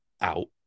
out